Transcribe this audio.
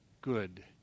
good